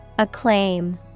Acclaim